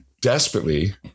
desperately